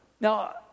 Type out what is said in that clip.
Now